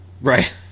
Right